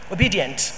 Obedient